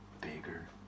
bigger